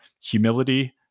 humility